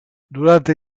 durante